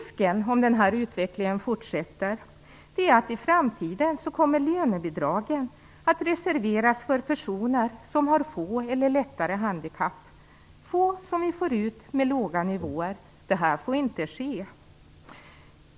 Om denna utveckling fortsätter är risken att lönebidragen i framtiden reserveras för personer som har få eller lättare handikapp. Detta får inte ske.